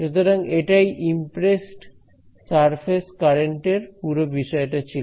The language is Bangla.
সুতরাং এটাই ইম্প্রেস্ড সারফেস কারেন্টের পুরো বিষয়টা ছিল